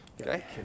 Okay